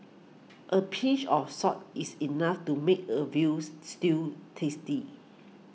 a pinch of salt is enough to make a veal stew tasty